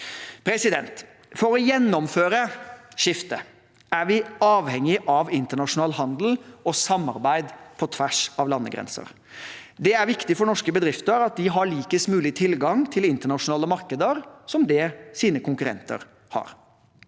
skiftet. For å gjennomføre skiftet er vi avhengig av internasjonal handel og samarbeid på tvers av landegrenser. Det er viktig for norske bedrifter at de har likest mulig tilgang til internasjonale markeder som konkurrentene har.